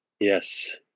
Yes